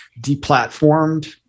deplatformed